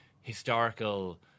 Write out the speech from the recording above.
historical